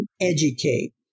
educate